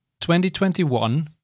2021